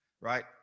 right